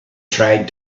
trying